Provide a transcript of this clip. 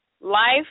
Life